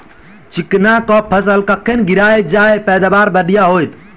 चिकना कऽ फसल कखन गिरैब जँ पैदावार बढ़िया होइत?